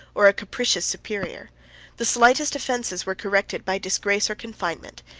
or a capricious superior the slightest offences were corrected by disgrace or confinement,